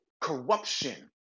corruption